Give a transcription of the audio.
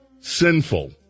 Sinful